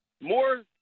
More